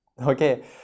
okay